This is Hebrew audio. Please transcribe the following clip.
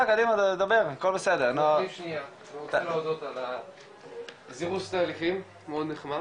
אני רוצה להודות על הזירוז תהליכים, מאוד נחמד,